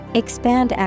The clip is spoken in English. expand